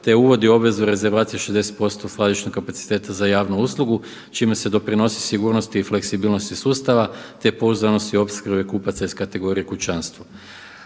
te uvodi obvezu rezervacije 60% skladišnog kapaciteta za javnu uslugu, čime se doprinosi sigurnosti i fleksibilnosti sustava te pouzdanosti opskrbe kupaca iz kategorije kućanstvo.